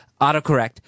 autocorrect